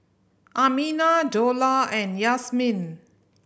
Aminah Dollah and Yasmin